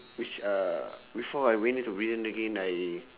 which uh before I went into prison again I